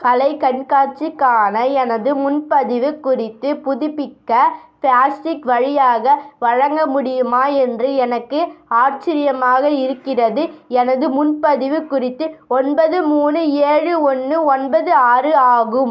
கலை கண்காட்சிக்கான எனது முன்பதிவு குறித்து புதுப்பிக்க ஃபாஸ்டிக் வழியாக வழங்க முடியுமா என்று எனக்கு ஆச்சரியமாக இருக்கிறது எனது முன்பதிவு குறித்து ஒன்பது மூணு ஏழு ஒன்று ஒன்பது ஆறு ஆகும்